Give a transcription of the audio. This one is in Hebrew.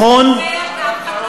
אף אחד לא אמר את זה.